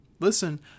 Listen